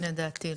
לדעתי לא.